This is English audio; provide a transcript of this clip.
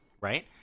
Right